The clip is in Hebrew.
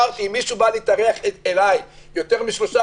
אמרתי שאם מישהו בא אלי להתארח ליותר משלושה,